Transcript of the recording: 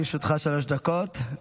לרשותך שלוש דקות,